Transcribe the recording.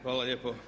Hvala lijepo.